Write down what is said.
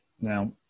Now